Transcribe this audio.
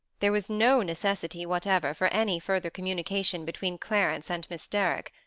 there was no necessity whatever for any further communication between clarence and miss derrick.